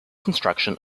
construction